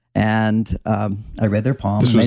and i read their palms.